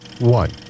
one